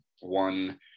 one